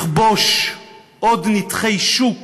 לכבוש עוד נתחי שוק